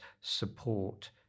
support